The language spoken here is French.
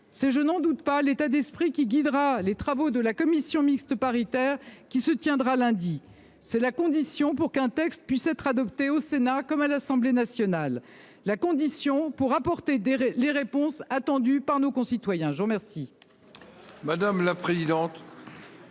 C’est, je n’en doute pas, l’état d’esprit qui guidera les travaux de la commission mixte paritaire qui se réunira lundi prochain. C’est la condition pour qu’un texte puisse être adopté au Sénat comme à l’Assemblée nationale et pour que soient apportées les réponses attendues par nos concitoyens.